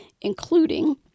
including